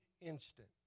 instant